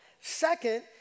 Second